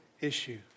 issue